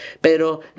Pero